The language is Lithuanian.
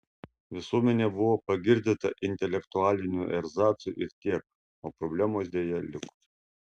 visuomenė buvo pagirdyta intelektualiniu erzacu ir tiek o problemos deja liko